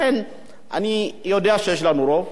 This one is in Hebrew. לכן, אני יודע שיש לנו רוב.